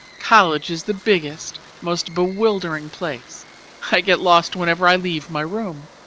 college is the biggest, most bewildering place i get lost whenever i leave my room.